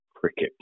cricket